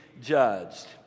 judged